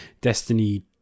Destiny